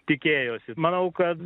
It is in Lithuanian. tikėjosi manau kad